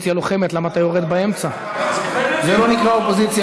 בניגוד למה שהוא אומר כאן שנים, הוא פוחד מבחירות.